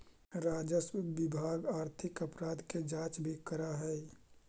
राजस्व विभाग आर्थिक अपराध के जांच भी करऽ हई